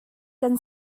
kan